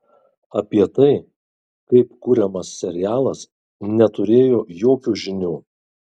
apie tai kaip kuriamas serialas neturėjo jokių žinių